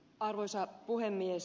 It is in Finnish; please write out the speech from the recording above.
arvoisa puhemies